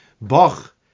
Bach